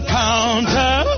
counter